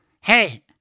hey